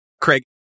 Craig